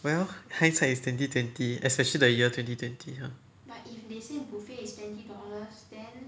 well hindsight it's twenty twenty especially the year twenty twenty !huh!